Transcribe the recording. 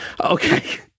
Okay